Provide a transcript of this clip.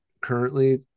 currently